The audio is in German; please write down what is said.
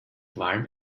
qualm